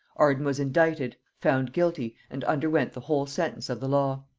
arden was indicted, found guilty, and underwent the whole sentence of the law.